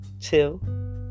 two